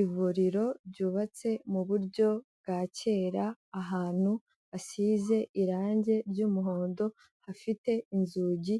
Ivuriro ryubatse mu buryo bwa kera ahantu hasize irangi ry'umuhondo hafite inzugi